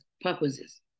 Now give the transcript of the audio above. purposes